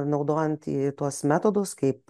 naudojant į tuos metodus kaip